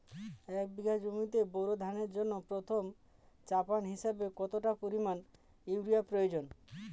এক বিঘা জমিতে বোরো ধানের জন্য প্রথম চাপান হিসাবে কতটা পরিমাণ ইউরিয়া প্রয়োজন?